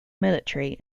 military